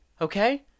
Okay